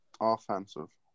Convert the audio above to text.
Offensive